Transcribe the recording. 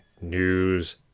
News